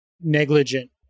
negligent